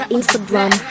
Instagram